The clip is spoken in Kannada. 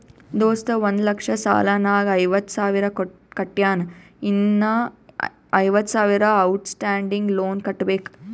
ದೋಸ್ತ ಒಂದ್ ಲಕ್ಷ ಸಾಲ ನಾಗ್ ಐವತ್ತ ಸಾವಿರ ಕಟ್ಯಾನ್ ಇನ್ನಾ ಐವತ್ತ ಸಾವಿರ ಔಟ್ ಸ್ಟ್ಯಾಂಡಿಂಗ್ ಲೋನ್ ಕಟ್ಟಬೇಕ್